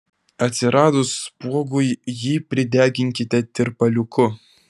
atsiradus spuogui jį prideginkite tirpaliuku